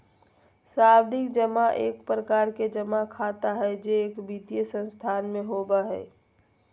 सावधि जमा एक प्रकार के जमा खाता हय जे एक वित्तीय संस्थान में होबय हय